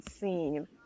scene